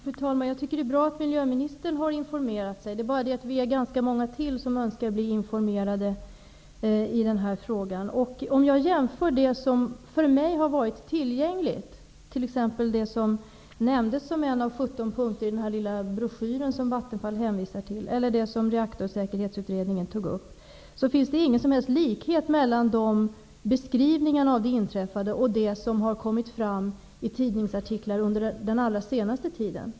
Fru talman! Jag tycker att det är bra att miljöministern har informerat sig. Det är bara det att vi är ganska många till som önskar bli informerade i den här frågan. Det material som har varit tillgängligt för mig är t.ex. den broschyr som Vattenfall hänvisar till, där incidenten nämns som en av 17 punkter, och det som Reaktorsäkerhetsutredningen tog upp. Det finns ingen som helst likhet mellan de beskrivningarna av det inträffade och det som har kommit fram i tidningsartiklar under den allra senaste tiden.